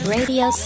Radio